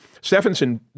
Stephenson